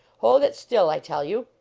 hold it still, i tell you!